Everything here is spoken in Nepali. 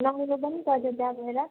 लगाउनु पनि पर्छ त्यहाँ गएर